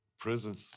prison